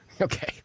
Okay